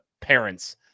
parents